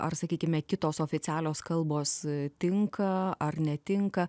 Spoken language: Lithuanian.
ar sakykime kitos oficialios kalbos tinka ar netinka